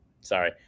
Sorry